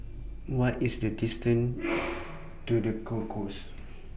What IS The distance to The Concourse